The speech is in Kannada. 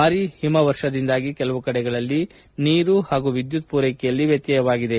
ಭಾರೀ ಹಿಮವರ್ಷದಿಂದಾಗಿ ಕೆಲವು ಕಡೆಗಳಲ್ಲಿ ನೀರು ಹಾಗೂ ವಿದ್ಯುತ್ ಪೂರೈಕೆಯಲ್ಲೂ ವ್ಯತ್ಯವಾಗಿದೆ